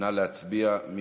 נא להצביע.